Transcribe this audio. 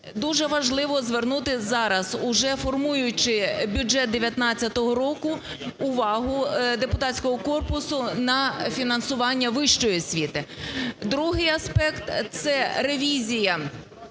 дуже важливо звернутись зараз, уже формуючи бюджет 2019 року, увагу депутатського корпусу на фінансування вищої освіти. Другий аспект. Це ревізія